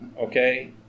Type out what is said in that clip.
okay